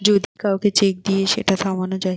যদি কাউকে চেক দিয়ে সেটা থামানো যায়